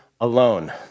alone